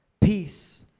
Peace